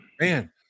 Man